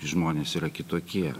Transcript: žmonės yra kitokie